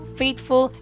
faithful